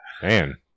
Man